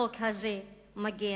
החוק הזה מגן,